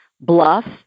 Bluff